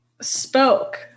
spoke